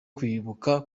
kwibuka